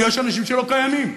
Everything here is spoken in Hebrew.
יש אנשים שלא קיימים,